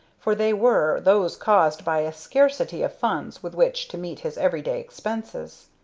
for they were those caused by a scarcity of funds with which to meet his every-day expenses.